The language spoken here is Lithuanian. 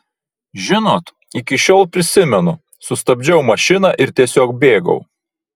žinot iki šiol prisimenu sustabdžiau mašiną ir tiesiog bėgau